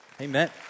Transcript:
Amen